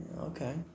Okay